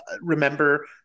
remember